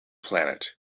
planet